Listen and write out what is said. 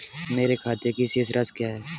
मेरे खाते की शेष राशि क्या है?